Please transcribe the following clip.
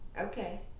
Okay